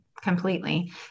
completely